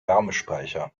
wärmespeicher